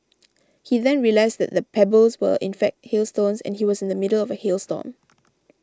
he then realised that the pebbles were in fact hailstones and he was in the middle of a hail storm